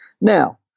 now